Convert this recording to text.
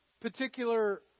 particular